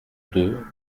deux